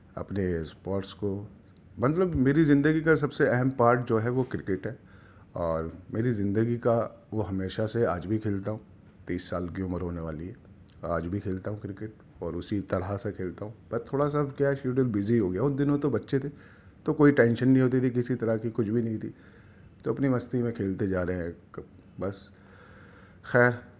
اپنے اسپورٹس کو مطلب میری زندگی کا سب سے اہم پارٹ جو ہے وہ کرکٹ ہے اور میری زندگی کا وہ ہمیشہ سے آج بھی کھیلتا ہوں تیس سال کی عمر ہونے والی ہے آج بھی کھیلتا ہوں کرکٹ اور اسی طرح سے کھیلتا ہوں بس تھوڑا سا کیا ہے شیڈیول بزی ہو گیا ہے ان دنوں تو بچے تھے تو کوئی ٹینشن نہیں ہوتی تھی کسی طرح کی کچھ بھی نہیں تھی تو اپنی مستی میں کھیلتے جا رہے ہیں بس خیر